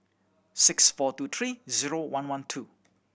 six four two three zero one one two